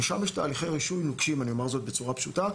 ושם יש תהליכי רישוי נוקשים - אני אומר זאת בצורה פשוטה.